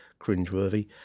cringeworthy